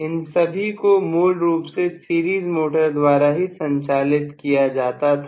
इन सभी को मूल रूप से सीरीज मोटर द्वारा ही संचालित किया जाता था